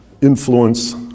influence